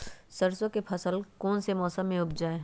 सरसों की फसल कौन से मौसम में उपजाए?